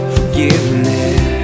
Forgiveness